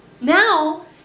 Now